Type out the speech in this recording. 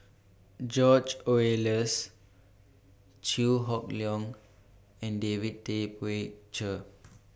George Oehlers Chew Hock Leong and David Tay Poey Cher